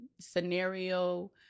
scenario